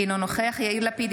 אינו נוכח יאיר לפיד,